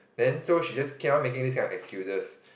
then so she just keep on making this kind of excuses